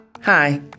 Hi